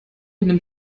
nimmt